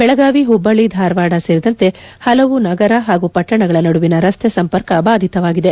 ಬೆಳಗಾವಿ ಹುಬ್ಬಳ್ಳಿ ಧಾರವಾದ ಸೇರಿದಂತೆ ಹಲವು ನಗರ ಹಾಗೂ ಪಟ್ಟಣಗಳ ನಡುವಿನ ರಸ್ತೆ ಸಂಪರ್ಕ ಬಾಧಿತವಾಗಿದೆ